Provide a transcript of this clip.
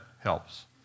helps